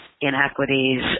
inequities